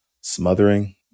smothering